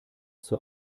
zur